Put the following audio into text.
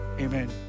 amen